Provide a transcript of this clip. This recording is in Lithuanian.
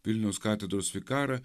vilniaus katedros vikarą